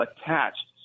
attached